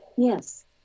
Yes